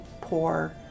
poor